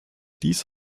dies